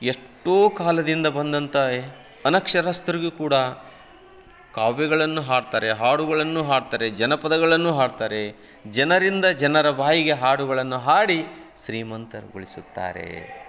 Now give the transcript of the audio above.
ಎಷ್ಟೋ ಕಾಲದಿಂದ ಬಂದಂಥ ಅನಕ್ಷರಸ್ಥರಿಗೂ ಕೂಡ ಕಾವ್ಯಗಳನ್ನು ಹಾಡ್ತಾರೆ ಹಾಡುಗಳನ್ನೂ ಹಾಡ್ತಾರೆ ಜನಪದಗಳನ್ನೂ ಹಾಡ್ತಾರೆ ಜನರಿಂದ ಜನರ ಬಾಯಿಗೆ ಹಾಡುಗಳನ್ನು ಹಾಡಿ ಶ್ರೀಮಂತಗೊಳಿಸುತ್ತಾರೆ